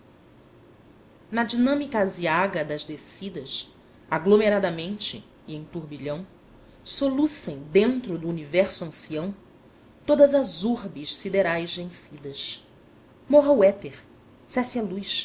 na dinâmica aziaga das descidas aglomeradamente e em turbilhão solucem dentro do universo ancião todas as urbes siderais vencidas morra o éter cesse a luz